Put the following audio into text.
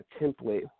template